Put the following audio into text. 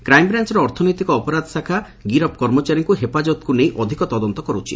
crime branch ଅର୍ଥନୈତିକ ଅପରାଧ ଶାଖା ଗିରଫ କର୍ମଚାରୀଙ୍କୁ ହେଫାଜତ୍କୁ ନେଇ ଅଧିକ ତଦନ୍ତ କରୁଛି